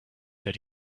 that